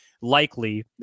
likely